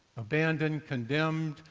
abandoned, condemned,